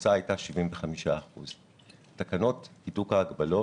התפוסה הייתה 75%. תקנות הידוק ההגבלות